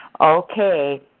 okay